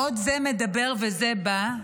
עוד זה מדבר וזה בא,